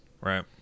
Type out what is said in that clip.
Right